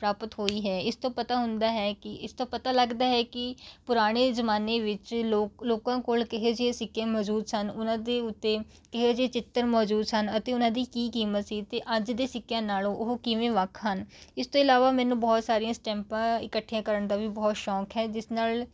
ਪ੍ਰਾਪਤ ਹੋਈ ਹੈ ਇਸ ਤੋਂ ਪਤਾ ਹੁੰਦਾ ਹੈ ਕਿ ਇਸ ਤੋਂ ਪਤਾ ਲੱਗਦਾ ਹੈ ਕਿ ਪੁਰਾਣੇ ਜ਼ਮਾਨੇ ਵਿੱਚ ਲੋਕ ਲੋਕਾਂ ਕੋਲ ਕਿਹੋ ਜਿਹੇ ਸਿੱਕੇ ਮੌਜੂਦ ਸਨ ਉਹਨਾਂ ਦੇ ਉੱਤੇ ਕਿਹੋ ਜਿਹੇ ਚਿੱਤਰ ਮੌਜੂਦ ਸਨ ਅਤੇ ਉਹਨਾਂ ਦੀ ਕੀ ਕੀਮਤ ਸੀ ਅਤੇ ਅੱਜ ਦੇ ਸਿੱਕਿਆਂ ਨਾਲੋਂ ਉਹ ਕਿਵੇਂ ਵੱਖ ਹਨ ਇਸ ਤੋਂ ਇਲਾਵਾ ਮੈਨੂੰ ਬਹੁਤ ਸਾਰੀਆਂ ਸਟੈਂਪਾਂ ਇਕੱਠੀਆਂ ਕਰਨ ਦਾ ਵੀ ਬਹੁਤ ਸ਼ੌਕ ਹੈ ਜਿਸ ਨਾਲ